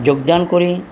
যোগদান কৰে